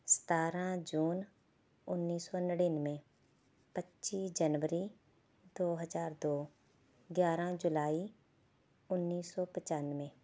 ਸਤਾਰਾਂ ਜੂਨ ਉੱਨੀ ਸੌ ਨੜਿੱਨਵੇਂ ਪੱਚੀ ਜਨਵਰੀ ਦੋ ਹਜ਼ਾਰ ਦੋ ਗਿਆਰਾਂ ਜੁਲਾਈ ਉੱਨੀ ਸੌ ਪਚਾਨਵੇਂ